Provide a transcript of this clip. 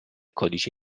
codice